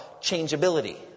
changeability